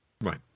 Right